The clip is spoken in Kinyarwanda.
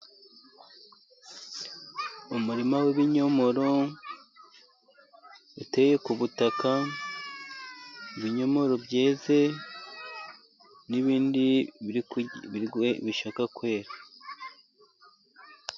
Umurima w'ibinyomoro uteye ku butaka, ibinyomoro byeze, n'ibindi bishaka kwera.